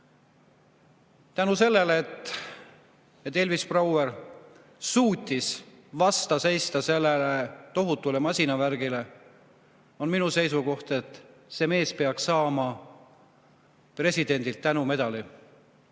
Tänu sellele, et Elvis Brauer suutis vastu seista sellele tohutule masinavärgile, on minu seisukoht, et see mees peaks saama presidendilt tänumedali.